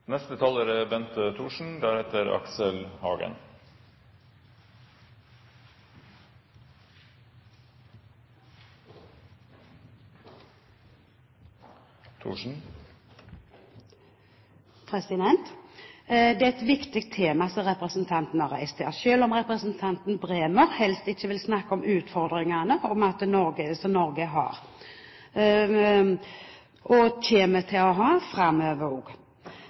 Det er et viktig tema som representanten har reist her. Selv om representanten Bremer helst ikke vil snakke om utfordringene som Norge har og også kommer til å ha